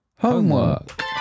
homework